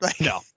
No